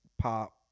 pop